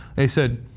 they said